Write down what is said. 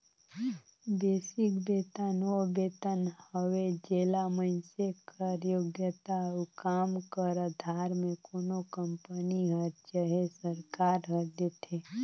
basic बेतन ओ बेतन हवे जेला मइनसे कर योग्यता अउ काम कर अधार में कोनो कंपनी हर चहे सरकार हर देथे